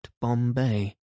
Bombay